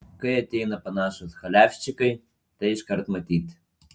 kai ateina panašūs chaliavščikai tai iškart matyti